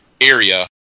area